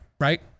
right